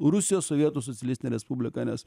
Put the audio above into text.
rusijos sovietų socialistinę respubliką nes